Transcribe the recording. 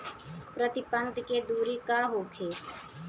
प्रति पंक्ति के दूरी का होखे?